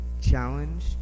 challenge